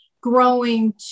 growing